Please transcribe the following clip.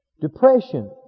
Depression